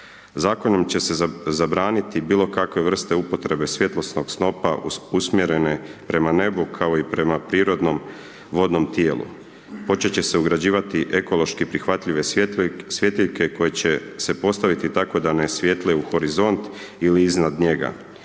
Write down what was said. Zakonom će se zabraniti bilokakve vrste upotrebe svjetlosnog snopa usmjerene prema nebu kao i prema prirodnom vodnom tijelu. Počet će se ugrađivat ekološki prihvatljive svjetiljke koje će se postaviti tako da ne svijetle u horizont ili iznad njega